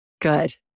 Good